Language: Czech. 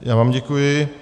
Já vám děkuji.